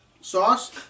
Sauce